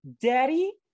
daddy